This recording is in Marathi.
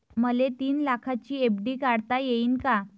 मले तीन लाखाची एफ.डी काढता येईन का?